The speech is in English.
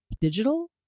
digital